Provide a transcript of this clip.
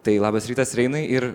tai labas rytas reinai ir